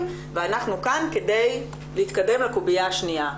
ואנחנו כאן כדי להתקדם לקובייה השנייה,